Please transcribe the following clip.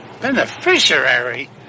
Beneficiary